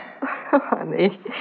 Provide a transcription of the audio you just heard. Honey